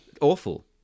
Awful